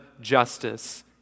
justice